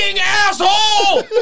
asshole